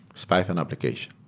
it's python application.